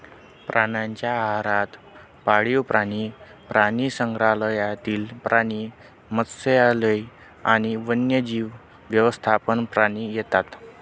प्राण्यांच्या आहारात पाळीव प्राणी, प्राणीसंग्रहालयातील प्राणी, मत्स्यालय आणि वन्यजीव व्यवस्थापन प्राणी येतात